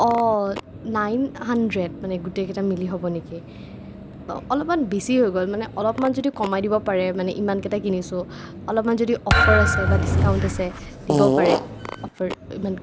অঁ nine hundred মানে গোটেইকেইটা মিলি হ'ব নেকি অ অলপমান বেছি হৈ গ'ল মানে অলপমান যদি কমাই দিব পাৰে মানে ইমানকেইটা কিনিছোঁ অলপমান যদি অফাৰ আছে বা ডিচকাউণ্ট আছে দিব পাৰে অফাৰ ইমান